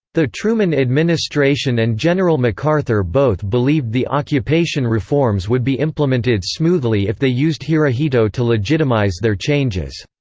the truman administration and general macarthur both believed the occupation reforms would be implemented smoothly if they used hirohito to legitimise their changes.